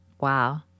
Wow